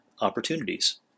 opportunities